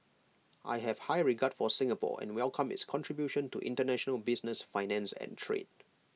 I have high regard for Singapore and welcome its contribution to International business finance and trade